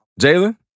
Jalen